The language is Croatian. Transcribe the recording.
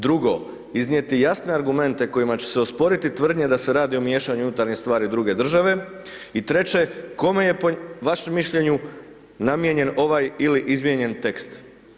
Drugo, iznijeti jasne argumente kojima kojima će se osporiti tvrdnja da se radi o miješanju u unutarnje stvari druge države i treće kome je po vašem mišljenju namijenjen ovaj ili izmijenjen tekst.